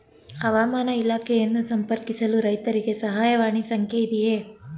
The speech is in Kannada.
ಹವಾಮಾನ ಇಲಾಖೆಯನ್ನು ಸಂಪರ್ಕಿಸಲು ರೈತರಿಗೆ ಸಹಾಯವಾಣಿ ಸಂಖ್ಯೆ ಇದೆಯೇ?